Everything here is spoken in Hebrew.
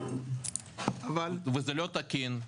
זה לא תקין,